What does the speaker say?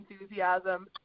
enthusiasm